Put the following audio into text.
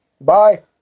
Bye